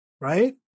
right